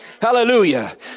hallelujah